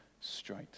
straight